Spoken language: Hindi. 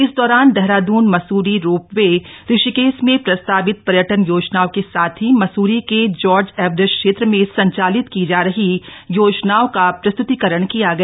इस दौरान देहरादुन मसूरी रोपवे ऋषिकेश में प्रस्तावित पर्यटन योजनाओं के साथ ही मसूरी के जॉर्ज एवरेस्ट क्षेत्र में संचालित की जा रही योजनाओं का प्रस्तुतीकरण किया गया